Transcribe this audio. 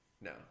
No